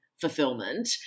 fulfillment